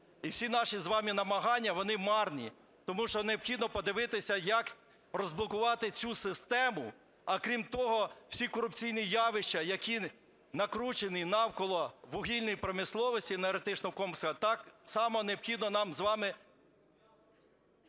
І всі наші з вами намагання, вони марні, тому що необхідно подивитися як розблокувати цю систему. А крім того, всі корупційні явища, які накручені навколо вугільної промисловості, енергетичного комплексу,